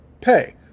pay